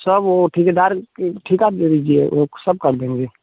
सब वो ठेकेदार के ठेका दे दीजिए वो सब कर देंगे